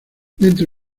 dentro